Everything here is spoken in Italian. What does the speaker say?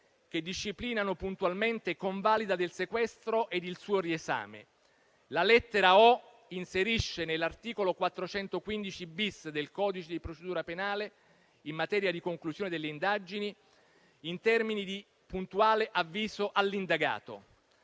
che disciplinano puntualmente convalida del sequestro ed il suo riesame. La lettera *o*) inserisce nell'articolo 415-*bis* del codice di procedura penale in materia di conclusione delle indagini i termini di puntuale avviso all'indagato.